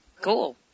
cool